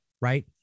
right